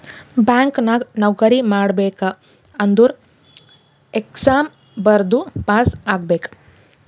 bank ನಾಗ್ ನೌಕರಿ ಮಾಡ್ಬೇಕ ಅಂದುರ್ ಎಕ್ಸಾಮ್ ಬರ್ದು ಪಾಸ್ ಆಗ್ಬೇಕ್